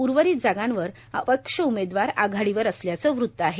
उर्वरित जागांवर अपक्ष उमेदवार आघाडीवर असल्याचं वृत्त आहे